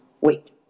wait